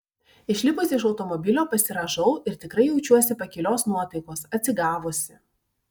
išlipusi iš automobilio pasirąžau ir tikrai jaučiuosi pakilios nuotaikos atsigavusi